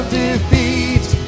defeat